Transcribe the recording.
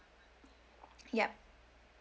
ya